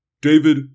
David